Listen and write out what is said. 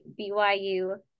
BYU